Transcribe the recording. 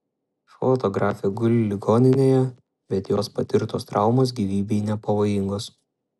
fotografė guli ligoninėje bet jos patirtos traumos gyvybei nepavojingos